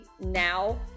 now